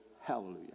Hallelujah